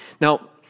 Now